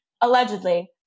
allegedly